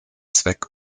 zweck